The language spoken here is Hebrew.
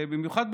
במיוחד,